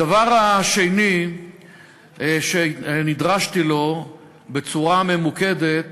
הדבר השני שנדרשתי לו בצורה ממוקדת